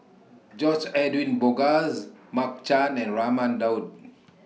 George Edwin Bogaars Mark Chan and Raman Daud